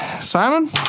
Simon